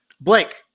Blake